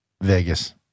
Vegas